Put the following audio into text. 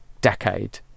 decade